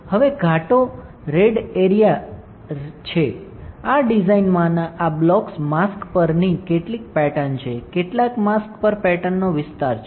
હવે ઘાટો red area red છે આ ડિઝાઇનમાંના આ બ્લોક્સ માસ્ક પરની કેટલીક પેટર્ન છે કેટલાક માસ્ક પર પેટર્નનો વિસ્તાર છે